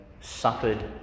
suffered